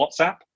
WhatsApp